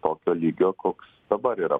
tokio lygio koks dabar yra